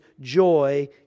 joy